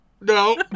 No